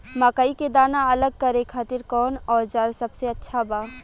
मकई के दाना अलग करे खातिर कौन औज़ार सबसे अच्छा बा?